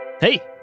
Hey